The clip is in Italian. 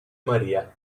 maria